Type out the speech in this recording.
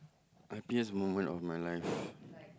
happiest moment of my life